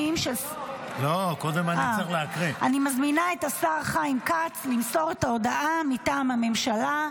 אני מזמינה את השר חיים כץ למסור את ההודעה מטעם הממשלה.